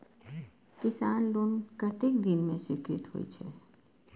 किसान लोन कतेक दिन में स्वीकृत होई छै?